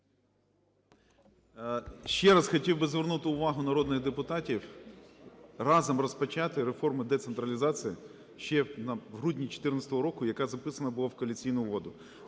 Ще раз хотів би звернути увагу народних депутатів разом розпочати реформу децентралізації, ще в грудні 2014 року яка записана була в Коаліційну угоду.